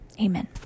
Amen